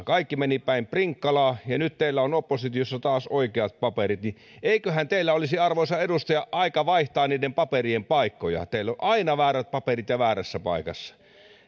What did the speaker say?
kaikki meni hallituksessa päin prinkkalaa ja nyt teillä on oppositiossa taas oikeat paperit niin eiköhän teidän olisi arvoisa edustaja aika vaihtaa niiden paperien paikkoja teillä on aina väärät paperit ja väärässä paikassa